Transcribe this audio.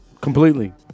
Completely